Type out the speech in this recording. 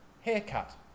haircut